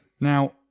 Now